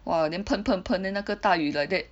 !wah! then 喷喷喷 then 那个大雨 like that